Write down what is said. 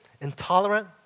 intolerant